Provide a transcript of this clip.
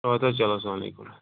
اَدٕ حظ چلو اسلام علیکُم